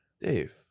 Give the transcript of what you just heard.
Dave